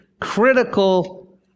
critical